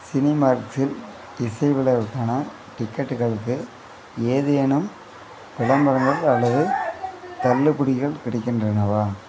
Cinemarks இல் இசை விழாவுக்கான டிக்கெட்டுகளுக்கு ஏதேனும் விளம்பரங்கள் அல்லது தள்ளுபடிகள் கிடைக்கின்றனவா